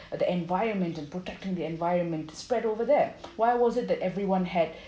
the environment and protecting the environment to spread over there why wasn't that everyone had